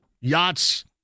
yachts